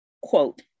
quote